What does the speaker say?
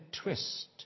twist